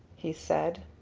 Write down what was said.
he said.